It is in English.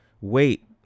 wait